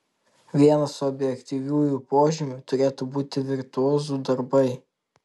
vienas objektyviųjų požymių turėtų būti virtuozų darbai